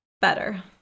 Better